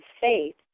faith